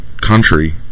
country